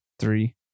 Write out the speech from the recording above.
three